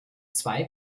zwei